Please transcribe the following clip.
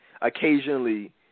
occasionally